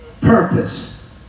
Purpose